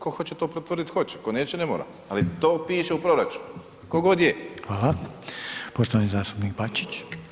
Ko hoće to potvrdit, hoće, ko neće, ne mora ali to piše u proračunu, ko god je.